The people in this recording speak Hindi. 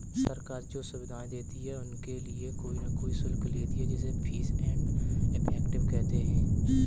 सरकार जो सुविधाएं देती है उनके लिए कोई न कोई शुल्क लेती है जिसे फीस एंड इफेक्टिव कहते हैं